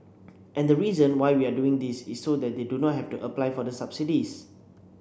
and the reason why we are doing this is so that they do not have to apply for the subsidies